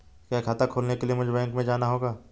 क्या खाता खोलने के लिए मुझे बैंक में जाना होगा?